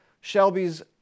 Shelby's